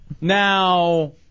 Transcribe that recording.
Now